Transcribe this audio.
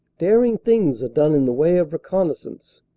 daring things are done in the way of reconnaissance,